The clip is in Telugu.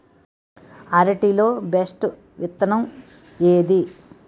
అరటి లో బెస్టు విత్తనం ఏది?